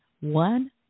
one